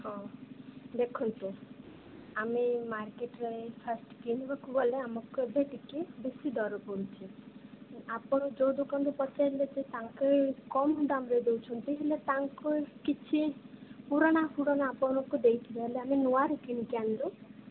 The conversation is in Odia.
ହଁ ଦେଖନ୍ତୁ ଆମେ ମାର୍କେଟରେ ଫାଷ୍ଟରେ କିଣିବାକୁ ଗଲେ ଆମକୁ କେବେ କିଛି ବେଶୀ ଦର ପଡ଼ୁଛି ଆପଣ ଯୋଉଁ ଦୋକାନ ପଚାରିଲେ ତାଙ୍କରି କମ ଦାମରେ ଦେଉଛନ୍ତି ହେଲେ ତାଙ୍କ କିଛି ପୁରୁଣା ଫୁରୁଣା ଆପଣଙ୍କୁ ଦେଇଥିବେ ହେଲେ ଆମେ ନୂଆରେ କିଣିକି ଆଣିଲୁ